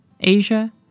Asia